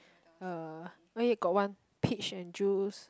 uh why you got one pitch and juice